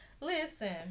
Listen